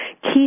Keep